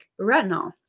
retinol